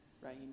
right